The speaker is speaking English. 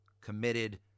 committed